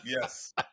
Yes